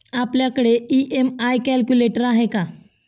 आपल्याकडे EMI calculator आहे का?